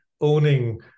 owning